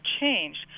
changed